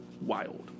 wild